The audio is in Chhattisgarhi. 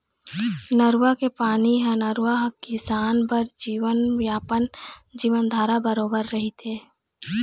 नरूवा के पानी ह नरूवा ह किसान बर जीवनयापन, जीवनधारा बरोबर रहिथे